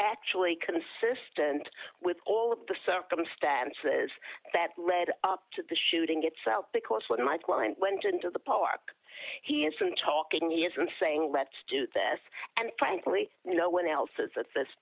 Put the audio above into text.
actually consistent with all of the circumstances that led up to the shooting itself because when my client went into the park he isn't talking he isn't saying let's do this and frankly no one else has at